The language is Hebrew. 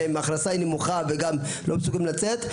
שההכנסה שלהם נמוכה וגם לא מסוגלים לצאת לעבוד.